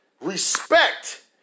Respect